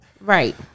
Right